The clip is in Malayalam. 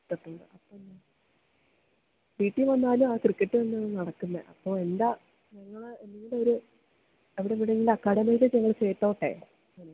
വീട്ടില് വന്നാലും ആ ക്രിക്കറ്റ് കണ്ടുകൊണ്ടാണ് നടക്കുന്നത് അപ്പോള് എന്താണ് ഞങ്ങള് നിങ്ങളുടെയൊരു അവിടെയെവിടെയെങ്കിലും അക്കാദമിയില് ചേർത്തുകൊള്ളട്ടെ